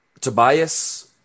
Tobias